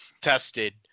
tested